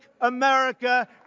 America